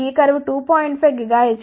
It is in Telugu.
5 GHz కోసం